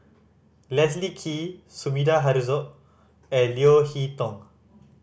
Leslie Kee Sumida Haruzo and Leo Hee Tong